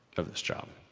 of this job.